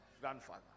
grandfather